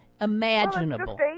imaginable